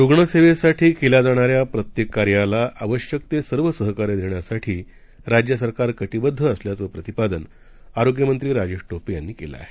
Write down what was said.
रुग्णसेवेसाठी केल्या जाणाऱ्या प्रत्येक कार्याला आवश्यक ते सर्व सहकार्य देण्यासाठी राज्य सरकार कटीबद्व असल्याचं प्रतिपादन आरोग्यमंत्री राजेश टोपे यांनी केलं आहे